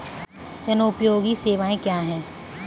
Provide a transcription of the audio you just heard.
जनोपयोगी सेवाएँ क्या हैं?